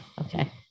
Okay